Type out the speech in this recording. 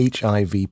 HIV